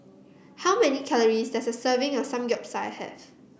how many calories does a serving of Samgyeopsal have